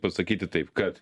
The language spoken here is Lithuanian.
pasakyti taip kad